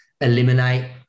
eliminate